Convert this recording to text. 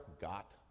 got